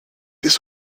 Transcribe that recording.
this